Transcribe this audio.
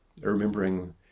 Remembering